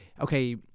okay